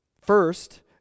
first